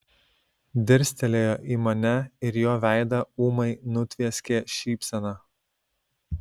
dirstelėjo į mane ir jo veidą ūmai nutvieskė šypsena